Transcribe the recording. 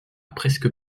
presque